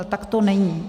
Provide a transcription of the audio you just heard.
Tak to není.